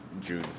June